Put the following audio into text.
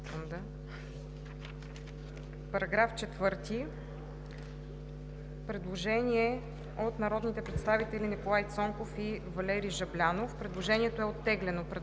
По § 4 има предложение от народните представители Николай Цонков и Валери Жаблянов. Предложението е оттеглено.